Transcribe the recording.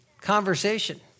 conversation